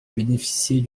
bénéficier